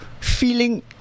Feeling